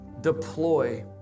deploy